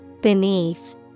Beneath